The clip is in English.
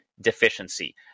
deficiency